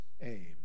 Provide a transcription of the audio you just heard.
aim